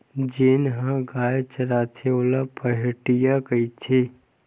जेन ह गाय चराथे ओला पहाटिया कहिथे